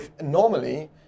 Normally